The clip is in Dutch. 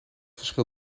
verschil